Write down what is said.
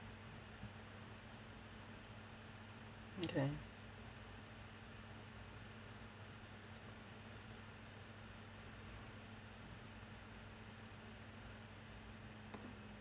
okay